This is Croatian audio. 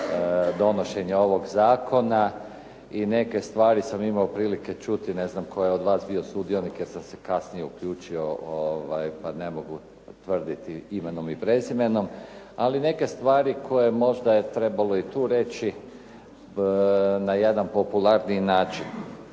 donošenje ovog zakona i neke stvari sam imao prilike čuti, ne znam tko je od vas bio sudionik jer sam se kasnije uključiti pa ne mogu tvrditi imenom i prezimenom. Ali neke stvari koje možda je trebalo i tu reći na jedan popularniji način.